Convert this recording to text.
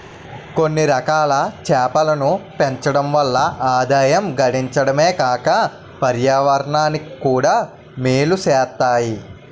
కొన్నిరకాల చేపలను పెంచడం వల్ల ఆదాయం గడించడమే కాక పర్యావరణానికి కూడా మేలు సేత్తాయి